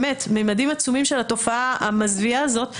ממדים עצומים של התופעה המזוויעה הזאת,